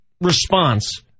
response